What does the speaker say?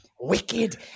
Wicked